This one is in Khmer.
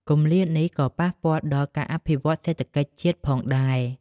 គម្លាតនេះក៏ប៉ះពាល់ដល់ ការអភិវឌ្ឍសេដ្ឋកិច្ចជាតិ ផងដែរ។